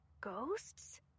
Ghosts